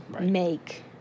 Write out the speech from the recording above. make